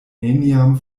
neniam